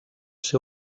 ser